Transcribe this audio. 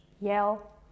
yell